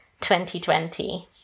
2020